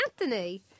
Anthony